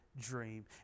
dream